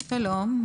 שלום.